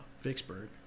Vicksburg